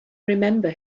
remember